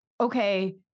okay